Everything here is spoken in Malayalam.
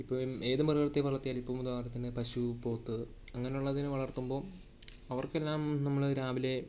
ഇപ്പം ഏതൊരു മൃഗത്തെ വളർത്തിയാലും ഇപ്പോൾ ഉദാഹരത്തിന് പശു പോത്ത് അങ്ങനെ ഉള്ളതിനെ വളർത്തുമ്പോൾ അവർക്കെല്ലാം നമ്മൾ രാവിലെ